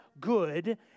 good